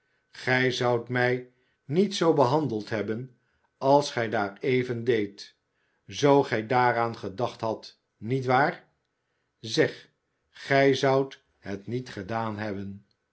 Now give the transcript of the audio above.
gij zoudt mij niet zoo behandeld hebben als gij daar even deedt zoo gij daaraan gedacht hadt niet waar zeg gij zoudt het niet gedaan hebben